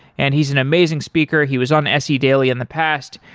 and he's an amazing speaker. he was on se daily in the past.